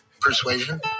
persuasion